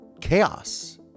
chaos